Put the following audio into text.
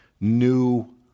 new